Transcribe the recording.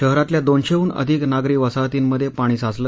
शहरातल्या दोनशहूक्त अधिक नागरी वसाहतींमध्यपाणी साचलं